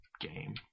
game